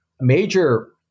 major